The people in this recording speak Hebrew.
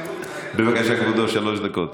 בבקשה, כבודו, שלוש דקות.